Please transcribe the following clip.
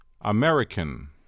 American